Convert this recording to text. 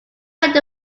ran